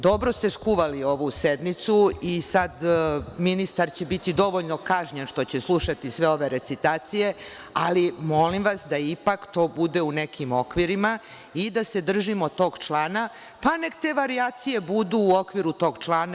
Dobro ste skuvali ovu sednicu i sada će ministar biti dovoljno kažnjen što će slušati sve ove recitacije, ali molim vas da ipak to bude u nekim okvirima i da se držimo tog člana, pa nek te varijacije budu u okviru tog člana.